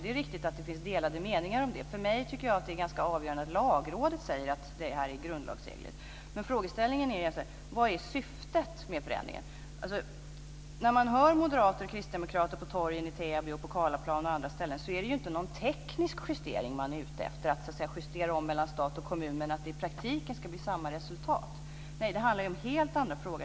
Det är riktigt att det finns delade meningar om det. För mig är det ganska avgörande att Lagrådet säger att det är grundlagsenligt. Men frågeställningen är vad syftet med förändringen är. När man hör moderater och kristdemokrater på torget i Täby och på Karlaplan och andra ställen märker man att det inte är någon teknisk justering de är ute efter. Det är inte så att de vill fördela om mellan stat och kommun men vill att det i praktiken ska bli samma resultat. Nej, det handlar om helt andra frågor.